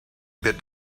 bit